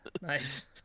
Nice